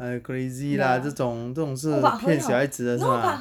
!aiya! crazy lah 这种这种是骗小孩子的是吗